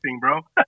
bro